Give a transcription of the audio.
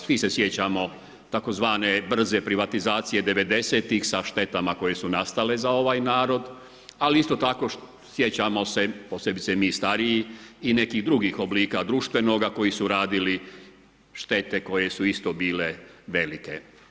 Svi se sjećamo tzv. brze privatizacije '90.-tih sa štetama koje su nastale za ovaj narod ali isto tako sjećamo se posebice mi stariji i nekih drugih oblika društvenoga koji su radili štete koje su isto bile velike.